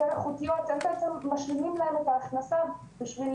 איכותיות הם בעצם משלימים להם את ההכנסה בשביל